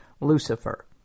Lucifer